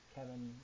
Kevin